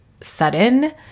sudden